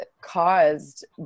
caused